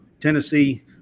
Tennessee